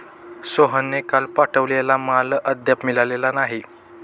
सोहनने काल पाठवलेला माल अद्याप मिळालेला नाही